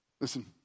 Listen